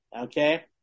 Okay